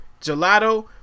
gelato